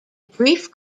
brief